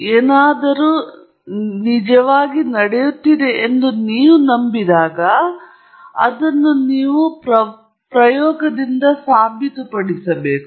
ಏನಾದರೂ ನಿಜವಾಗಿ ನಡೆಯುತ್ತಿದೆ ಎಂದು ನಂಬಿದಾಗ ನೀವು ಅದನ್ನು ಪ್ರಯೋಗದಿಂದ ತೋರಿಸಬೇಕು